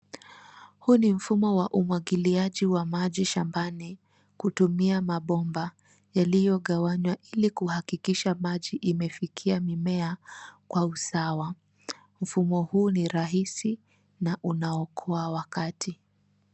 Huu ni mfumo wa umwagiliaji wa maji shambani kutumia mabomba yaliyogawanywa ili kuhakikisha maji imefikia mimea kwa usawa. Mfumo huu ni rahisi na unaokoa wakati.